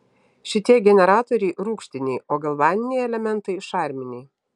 šitie generatoriai rūgštiniai o galvaniniai elementai šarminiai